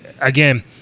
again